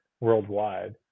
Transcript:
worldwide